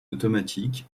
automatique